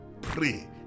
pray